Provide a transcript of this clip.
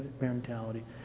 mentality